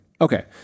Okay